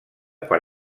per